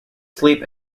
sleep